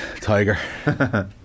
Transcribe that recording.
Tiger